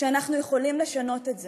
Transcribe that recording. שאנחנו יכולים לשנות את זה.